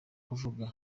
kuvuga